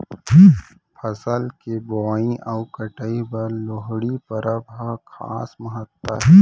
फसल के बोवई अउ कटई बर लोहड़ी परब ह खास महत्ता हे